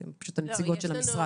אתן פשוט הנציגות של המשרד.